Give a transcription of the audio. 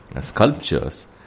sculptures